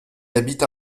habite